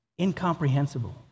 incomprehensible